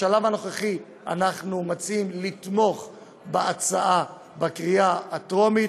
בשלב הנוכחי אנחנו מציעים לתמוך בהצעה בקריאה הטרומית